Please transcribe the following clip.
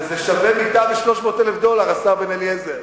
וזה שווה מיטה ב-300,000 דולר, השר בן-אליעזר?